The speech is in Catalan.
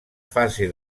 fase